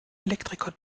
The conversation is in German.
elektriker